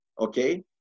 okay